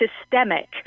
systemic